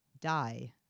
die